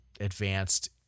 advanced